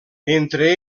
entre